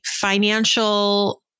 financial